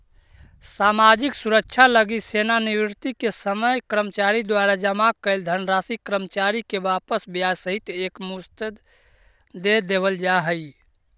सामाजिक सुरक्षा लगी सेवानिवृत्ति के समय कर्मचारी द्वारा जमा कैल धनराशि कर्मचारी के वापस ब्याज सहित एक मुश्त दे देवल जाहई